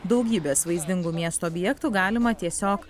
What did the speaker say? daugybės vaizdingų miesto objektų galima tiesiog